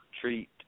treat –